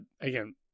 Again